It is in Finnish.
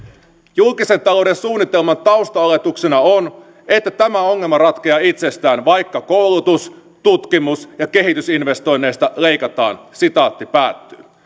julkisen talouden suunnitelman taustaoletuksena on että tämä ongelma ratkeaa itsestään vaikka koulutus tutkimus ja kehitysinvestoinneista leikataan